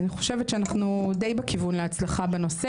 אני חושבת שאנחנו די בכיוון להצלחה בנושא